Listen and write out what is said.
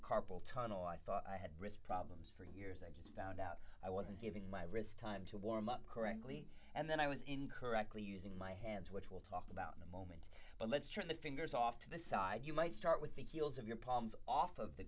carpal tunnel i thought i had wrist problems for his i just found out i wasn't giving my wrist time to warm up correctly and then i was incorrectly using my hands which we'll talk about in a moment but let's try the fingers off to the side you might start with the heels of your palms off of the